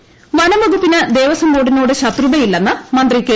രാജു വനം വകുപ്പിന് ദേവ്സ്ത്യം ബോർഡിനോട് ശത്രുതയില്ലെന്ന് മന്ത്രി കെ